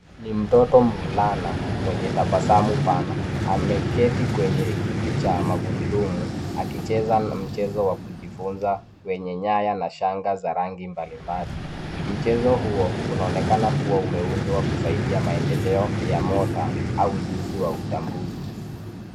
Ni mtoto mvulana mwenye tabasamu pana. Ameketi kwenye kiti cha magurudumu akicheza mchezo wa kujifunza kwenye nyaya na shanga za rangi mbali mbali. Mchezo huo unaonekana umeundwa kusaidia maendeleo ya mota au ujuzi wa utambuzi.